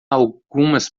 algumas